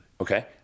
okay